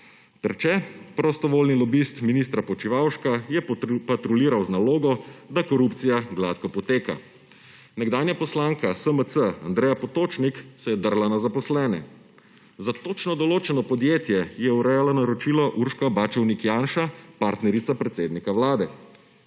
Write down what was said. Terče, prostovoljni lobist ministra Počivalška, je patruljiral z nalogo, da korupcija gladko poteka. Nekdanja poslanka SMC Andreja Potočnik se je drla na zaposlene. Za točno določeno podjetje je urejala naročilo Urška Bačovnik Janša, partnerica predsednika vlade.